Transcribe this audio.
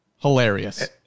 hilarious